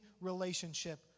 relationship